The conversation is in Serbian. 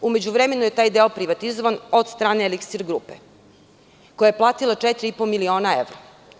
U međuvremenu je taj deo privatizovan od strane Eliksir grupe, koja je platila 4.500.000 evra.